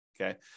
Okay